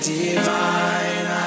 divine